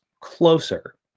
closer